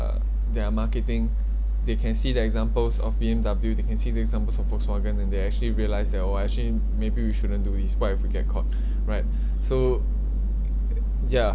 uh their marketing they can see the examples of B_M_W they can see the examples of volkswagen and they actually realise that oh actually maybe shouldn't do this what if we get caught right so ya